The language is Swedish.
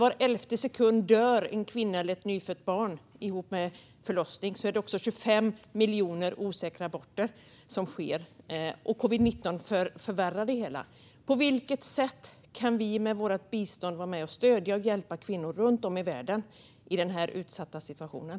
Var elfte sekund dör en kvinna eller nyfött barn i samband med förlossning, och det utförs också 25 miljoner osäkra aborter, och covid-19 förvärrar det hela. På vilket sätt kan vi med vårt bistånd vara med och stödja och hjälpa kvinnor runt om i världen i den här utsatta situationen?